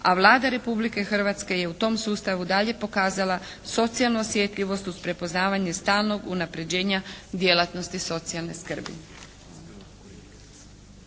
a Vlada Republike Hrvatske je u tom sustavu i dalje pokazala socijalnu osjetljivost uz prepoznavanje stalnog unapređenja djelatnosti socijalne skrbi.